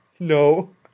No